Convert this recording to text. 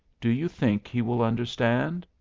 do you think he will understand?